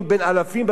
במקרה הזה,